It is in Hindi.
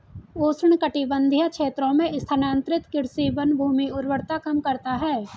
उष्णकटिबंधीय क्षेत्रों में स्थानांतरित कृषि वनभूमि उर्वरता कम करता है